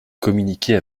communiquer